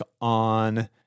on